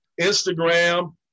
Instagram